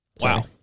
Wow